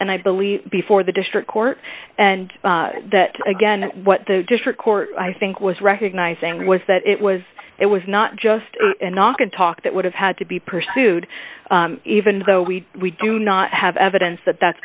and i believe before the district court and that again what the district court i think was recognising was that it was it was not just knock and talk that would have had to be pursued even though we we do not have evidence that that's